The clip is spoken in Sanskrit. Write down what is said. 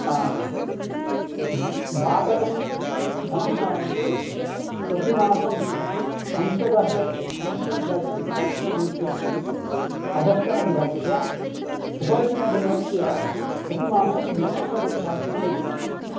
ह भाटकं भाटकधनं तावत् प्रतिमासं पञ्चदस पञ्चदशसहस्ररूप्यकाणि अधस्तनगृहस्य उपरितनगृहस्य प्रतिमासं द्वादशसहस्ररूप्यकाणि